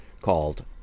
called